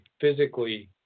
physically